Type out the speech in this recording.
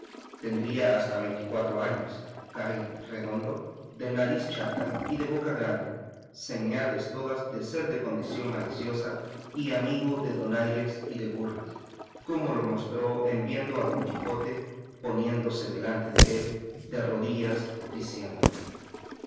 tendría hasta veinte y cuatro años carirredondo de nariz chata y de boca grande señales todas de ser de condición maliciosa y amigo de donaires y de burlas como lo mostró en viendo a don quijote poniéndose delante dél de rodillas diciéndole